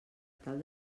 tal